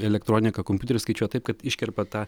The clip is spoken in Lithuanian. elektronika kompiuteris skaičiuoja taip kad iškerpa tą